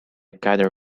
gather